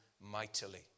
mightily